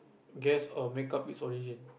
guess or make up its origin